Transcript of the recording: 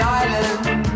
island